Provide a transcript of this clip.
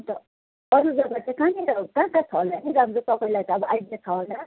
अन्त अरू जग्गा चाहिँ कहाँनिर कहाँ कहाँ छ होला नि राम्रो तपाईँलाई त अब आइडिया छ होला